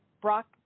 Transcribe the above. Brock